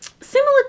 similar